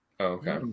Okay